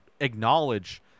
acknowledge